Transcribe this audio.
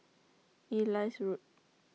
Elias Road